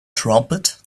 trumpet